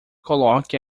coloque